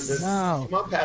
No